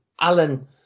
Alan